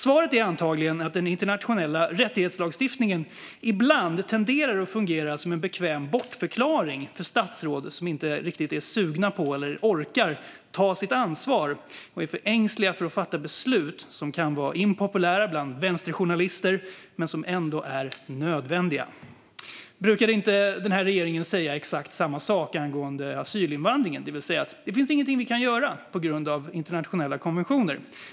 Svaret är antagligen att den internationella rättighetslagstiftningen ibland tenderar att fungera som en bekväm bortförklaring för statsråd som inte riktigt är sugna på eller orkar ta sitt ansvar och som är för ängsliga för att fatta beslut som kan vara impopulära bland vänsterjournalister men som ändå är nödvändiga. Brukade inte regeringen säga exakt samma sak angående asylinvandringen, det vill säga att det inte fanns något de kunde göra på grund av internationella konventioner.